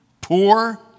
poor